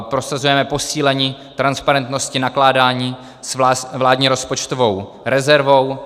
Prosazujeme posílení transparentnosti nakládání s vládní rozpočtovou rezervou.